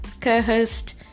co-host